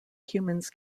humans